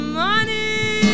money